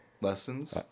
lessons